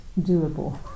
doable